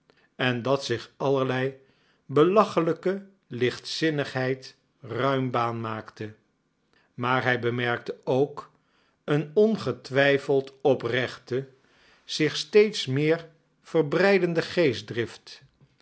en dat zich allerlei belachelijke lichtzinnigheid ruim baan maakte maar hij bemerkte ook een ongetwijfeld oprechte zich steeds meer verbreidende geestdrift